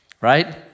right